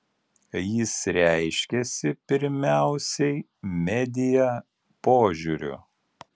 jis reiškiasi pirmiausiai media požiūriu